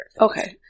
Okay